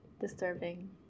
disturbing